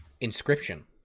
Inscription